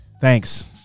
Thanks